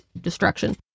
destruction